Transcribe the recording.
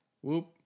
Whoop